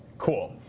cool.